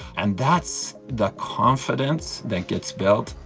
and that's the confidence that gets built,